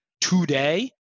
today